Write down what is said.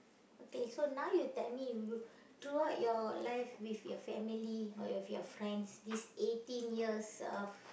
okay so now you tell me you throughout your life with your family or with your friends these eighteen years of